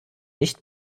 nicht